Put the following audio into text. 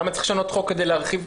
למה צריך לשנות חוק כדי להרחיב?